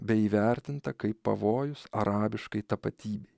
bei įvertinta kaip pavojus arabiškai tapatybei